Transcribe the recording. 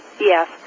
yes